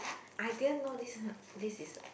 I didn't know this one this is a